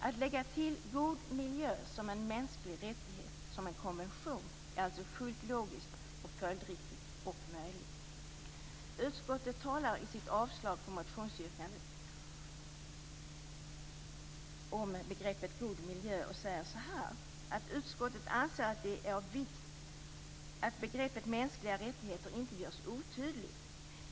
Att lägga till god miljö som en mänsklig rättighet som en konvention är alltså fullt logiskt, följdriktigt och möjligt. Utskottet talar i sitt avslagsyrkande till motionen om begreppet god miljö. Man säger så här: "Utskottet anser att det är av vikt att begreppet mänskliga rättigheter inte görs otydligt.